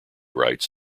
rights